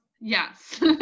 Yes